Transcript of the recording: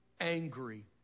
angry